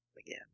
again